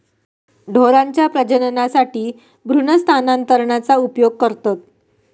ढोरांच्या प्रजननासाठी भ्रूण स्थानांतरणाचा उपयोग करतत